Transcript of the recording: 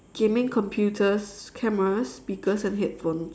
gaming computers cameras speakers and headphones